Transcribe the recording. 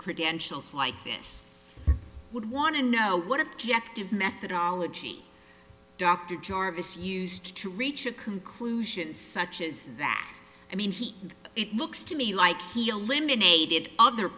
credentials like this would want to know what objective methodology dr jarvis used to reach a conclusion such as that i mean he it looks to me like he eliminated other